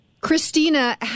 Christina